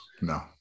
No